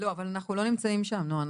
לא, אבל אנחנו לא נמצאים שם נועה.